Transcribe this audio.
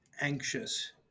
anxious